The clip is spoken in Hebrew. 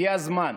הגיע הזמן